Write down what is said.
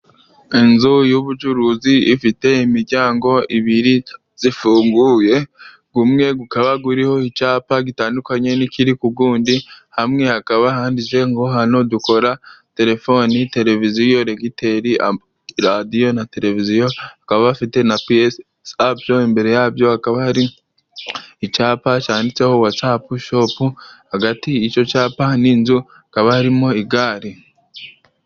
Inzu y'ubucuruzi ifite imiryango ibiri ifunguye, umwe ukaba uriho icyapa gitandukanye n'ikiri ku wundi, hamwe hakaba handitseho ngo hano dukora telefoni, televiziyo, regiteri, radiyo na televiziyo, bakaba bafite na piyese zabyo. Imbere yabyo hakaba hari icyapa cyanditseho Watsapu Shopu, hagati y'icyo cyapa n'inzu hakaba harimo igare.